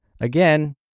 again